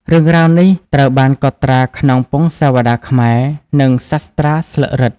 រឿងរ៉ាវនេះត្រូវបានកត់ត្រាក្នុងពង្សាវតារខ្មែរ និងសាស្ត្រាស្លឹករឹត។